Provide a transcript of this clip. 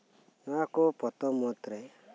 ᱱᱚᱣᱟᱠᱩ ᱯᱚᱛᱚᱵ ᱢᱩᱫᱷᱨᱮ